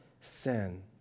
sin